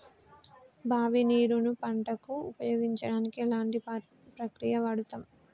బావి నీరు ను పంట కు ఉపయోగించడానికి ఎలాంటి ప్రక్రియ వాడుతం?